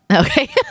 Okay